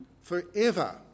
forever